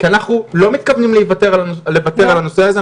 כי אנחנו לא מתכוונים לוותר על הנושא הזה,